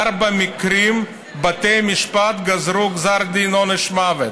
בארבעה מקרים בתי המשפט גזרו גזר דין מוות,